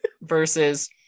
versus